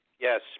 Yes